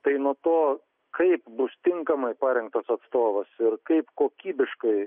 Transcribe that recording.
tai nuo to kaip bus tinkamai parinktas atstovas ir kaip kokybiškai